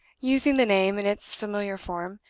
using the name in its familiar form,